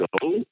go